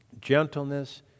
gentleness